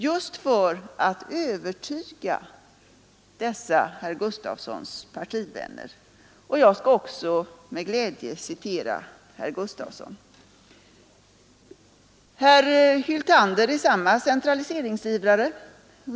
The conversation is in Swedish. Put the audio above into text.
Jag skall också med glädje citera herr Gustavsson. Herr Hyltander är också centraliseringsivrare.